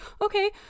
Okay